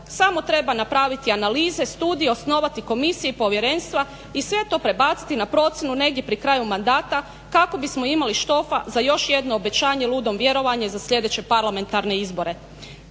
Samo treba napraviti analize, studije, osnovati komisije i povjerenstva i sve to prebaciti na procjenu negdje pri kraju mandata kako bismo imali štofa za još jedno obećanje ludom vjerovanje za sljedeće parlamentarne izbore.